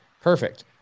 perfect